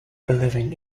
believing